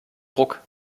ruck